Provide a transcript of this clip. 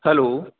hello